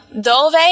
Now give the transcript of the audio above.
dove